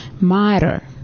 matter